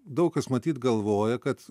daug kas matyt galvoja kad